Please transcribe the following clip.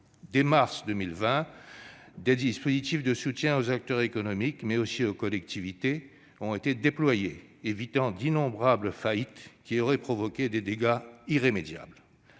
Dès mars 2020, des dispositifs de soutien aux acteurs économiques, mais aussi aux collectivités, ont été déployés, évitant d'innombrables faillites qui auraient provoqué des dégâts irrémédiables.